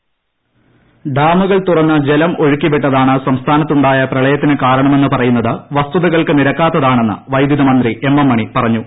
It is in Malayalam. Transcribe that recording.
ടടടടടടട ഡാമുകൾ ഡാമുകൾ തുറന്ന് ജലം ഒഴുക്കി വിട്ടതാണ് സംസ്ഥാനത്തുണ്ടായ പ്രളയത്തിന് കാരണമെന്ന് പറയുന്നത് വസ്തുതകൾക്ക് നിരക്കാത്തതാണെന്ന് വൈദ്യുതി മന്ത്രി എംഎം മണി പറഞ്ഞു